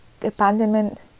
abandonment